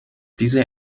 dieser